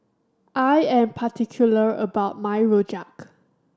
I am particular about my Rojak